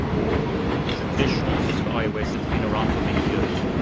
or traditional cisco ios that's been around for many years.